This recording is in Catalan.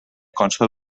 consta